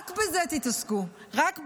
רק בזה תתעסקו, רק בה.